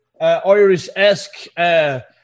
Irish-esque